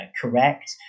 correct